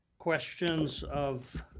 questions of